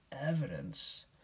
evidence